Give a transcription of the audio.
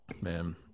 Man